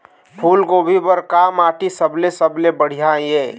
फूलगोभी बर का माटी सबले सबले बढ़िया ये?